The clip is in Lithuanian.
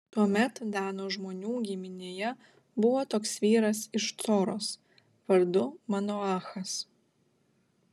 tuomet dano žmonių giminėje buvo toks vyras iš coros vardu manoachas